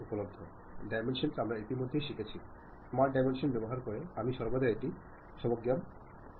dimensions আমরা ইতিমধ্যে শিখেছি স্মার্ট ডাইমেনশন ব্যবহার করে আমি সর্বদা এটি সামঞ্জস্য করতে পারি